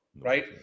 right